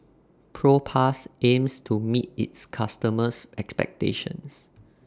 Propass aims to meet its customers' expectations